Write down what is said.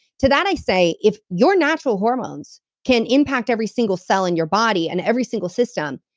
to that i say, if your natural hormones can impact every single cell in your body and every single system,